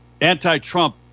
Anti-Trump